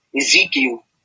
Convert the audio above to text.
Ezekiel